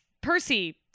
Percy